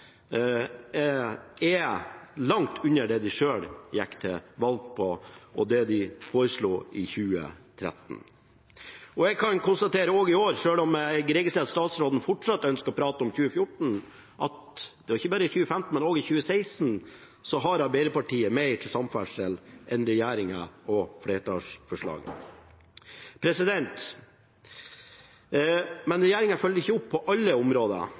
er langt under det de selv gikk til valg på, og det de foreslo i 2013. Jeg kan også konstatere, selv om jeg registrerer at statsråden fortsatt ønsker å prate om 2014, at ikke bare i 2015, men også i 2016 har Arbeiderpartiet mer til samferdsel enn regjeringen og det som er i flertallsforslagene. Men regjeringen følger ikke opp på alle områder.